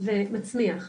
זה מצמיח.